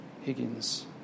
Higgins